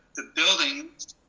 the building,